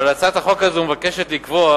אבל הצעת החוק הזאת מבקשת לקבוע